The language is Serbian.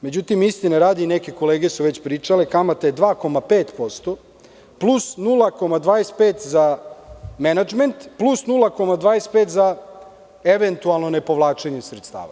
Međutim, istine radi, neke kolege su već pričale, kamata je 2,5%, plus 0,25% za menadžment, plus 0,25% za eventualno nepovlačenje sredstava.